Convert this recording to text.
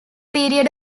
period